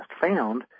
found